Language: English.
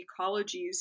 ecologies